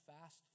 fast